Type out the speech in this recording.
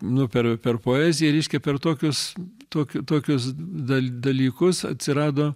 nu per per poeziją reiškia per tokius tokiu tokius dal dalykus atsirado